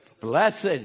Blessed